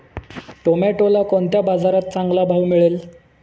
टोमॅटोला कोणत्या बाजारात चांगला भाव मिळेल?